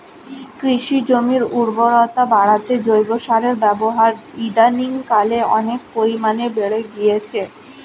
কৃষি জমির উর্বরতা বাড়াতে জৈব সারের ব্যবহার ইদানিংকালে অনেক পরিমাণে বেড়ে গিয়েছে